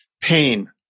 Pain